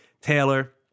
Taylor